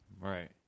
Right